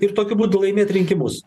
ir tokiu būdu laimėt rinkimus